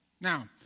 Now